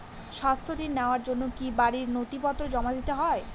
স্বাস্থ্য ঋণ নেওয়ার জন্য কি বাড়ীর নথিপত্র জমা দিতেই হয়?